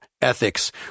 ethics